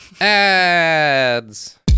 Ads